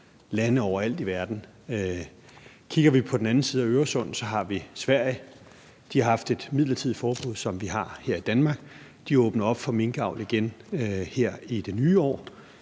»lande overalt i verden«. Kigger vi på den anden side af Øresund, har vi Sverige. De har haft et midlertidigt forbud, som vi har her i Danmark. De åbner op for minkavl igen her i det nye år.